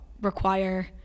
require